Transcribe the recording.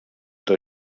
del